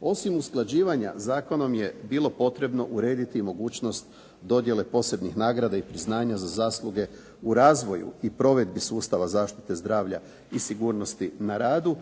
Osim usklađivanja zakonom je bilo potrebno urediti i mogućnost dodjele posebnih nagrada i priznanja za zasluge u razvoju i provedbi sustava zaštite zdravlja i sigurnosti na radu